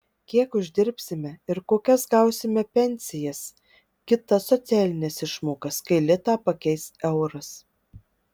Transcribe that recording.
kiek uždirbsime ir kokias gausime pensijas kitas socialines išmokas kai litą pakeis euras